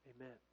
Amen